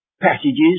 passages